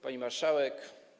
Pani Marszałek!